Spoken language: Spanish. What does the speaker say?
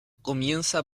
comienza